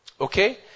Okay